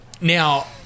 Now